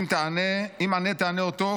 אם ענה תענה אֹתו,